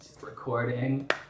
recording